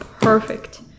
perfect